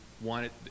wanted